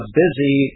busy